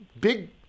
Big